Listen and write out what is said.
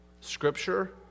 scripture